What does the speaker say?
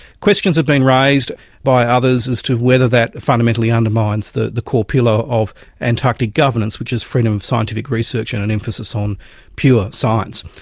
questions have been raised by others as to whether that fundamentally undermines the the core pillar of antarctic governance, which is freedom of scientific research and an emphasis on pure science.